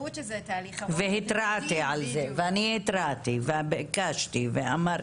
בייחוד שזה תהליך ארוך --- והתרעתי על זה וביקשתי ואמרתי,